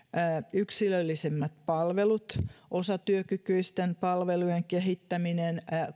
yksilöllisemmät palvelut osatyökykyisten palvelujen kehittäminen